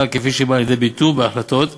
כפי שהיא באה לידי ביטוי בהחלטות לעיל,